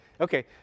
Okay